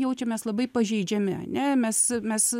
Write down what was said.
jaučiamės labai pažeidžiami ane mes mes